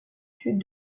sud